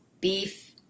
beef